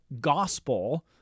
gospel